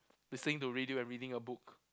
listening to radio and reading a book